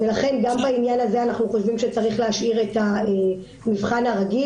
ולכן גם בעניין הזה אנחנו חושבים שצריך להשאיר את המבחן הרגיל,